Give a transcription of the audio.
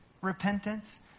repentance